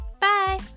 Bye